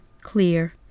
clear